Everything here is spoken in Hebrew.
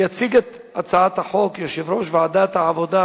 יציג את הצעת החוק יושב-ראש ועדת העבודה,